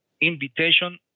invitation